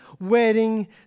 wedding